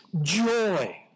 joy